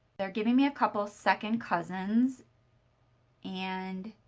they're giving me a couple second cousins and